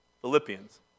Philippians